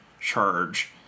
charge